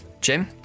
Jim